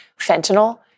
fentanyl